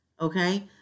Okay